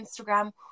Instagram